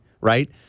Right